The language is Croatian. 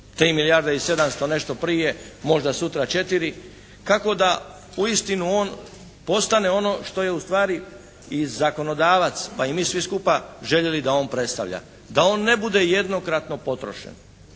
3 milijarde i 700 nešto prije, možda sutra 4, kako da uistinu on postane ono što je ustvari i zakonodavac, pa i mi svi skupa željeli da on predstavlja. Da on ne bude jednokratno potrošen.